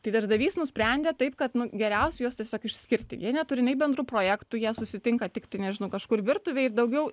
tai darbdavys nusprendė taip kad nu geriausia juos tiesiog išskirti jie neturi nei bendrų projektų jie susitinka tiktai nežinau kažkur virtuvėj ir daugiau